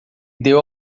deu